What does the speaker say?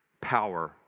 power